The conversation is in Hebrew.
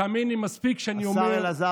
תאמין לי, מספיק שאני אומר, השר אלעזר שטרן.